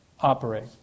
operate